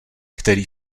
který